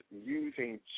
using